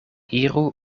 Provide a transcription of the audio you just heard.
iru